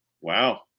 Wow